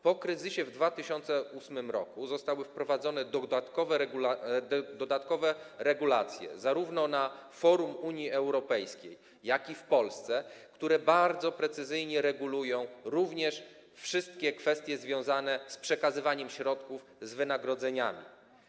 Po kryzysie w 2008 r. zostały wprowadzone dodatkowe regulacje, zarówno na forum Unii Europejskiej, jak i w Polsce, które bardzo precyzyjnie regulują również wszystkie kwestie związane z przekazywaniem środków, z wynagrodzeniami.